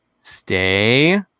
Stay